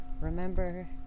remember